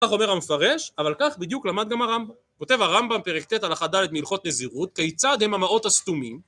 כך אומר המפרש אבל כך בדיוק למד גם הרמב״ם. כותב הרמב״ם פרק ט' הלכה ד' מהילכות נזירות כיצד הם המראות הסתומים